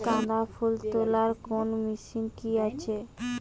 গাঁদাফুল তোলার কোন মেশিন কি আছে?